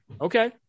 Okay